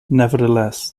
nevertheless